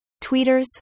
Tweeters